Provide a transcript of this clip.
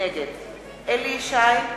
נגד אליהו ישי,